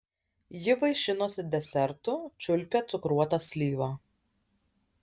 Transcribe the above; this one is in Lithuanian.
ji vaišinosi desertu čiulpė cukruotą slyvą